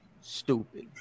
stupid